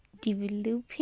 developing